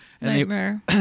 nightmare